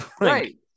Right